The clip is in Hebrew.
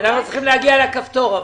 --- אנחנו צריכים להגיע לכפתור.